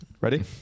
Ready